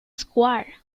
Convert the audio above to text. square